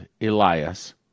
Elias